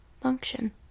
function